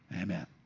Amen